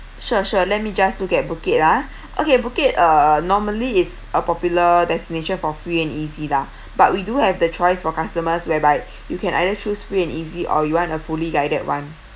sure sure let me just look at phuket ah okay phuket uh normally is a popular destination for free and easy lah but we do have the choice for customers whereby you can either choose free and easy or you want a fully guided one